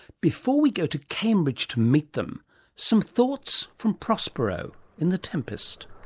before we go to cambridge to meet them some thoughts from prospero in the tempest.